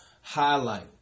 highlight